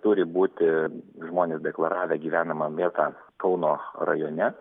turi būti žmonės deklaravę gyvenamą vietą kauno rajone